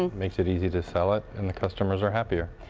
and makes it easy to sell it. and the customers are happier.